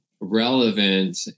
relevant